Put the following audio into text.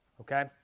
Okay